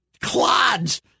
clods